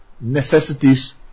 necessities